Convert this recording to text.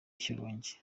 shyorongi